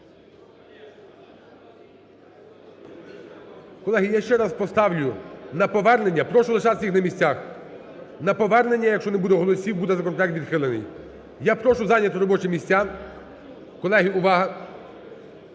Колеги, я ще раз поставлю на повернення, прошу лишатися всіх на місцях, на повернення. Якщо не буде голосів – буде законопроект відхилений. Я прошу зайняти робочі місця. Колеги, увага!